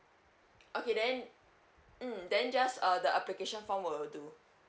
okay then mm then just uh the application form will do